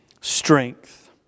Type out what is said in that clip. Strength